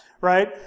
right